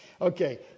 Okay